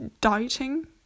dieting